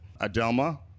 Adelma